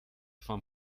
vom